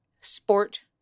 sport